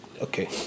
Okay